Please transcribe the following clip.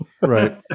Right